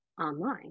online